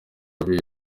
rubi